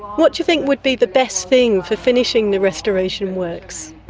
what do you think would be the best thing for finishing the restoration works?